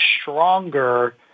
stronger